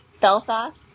Belfast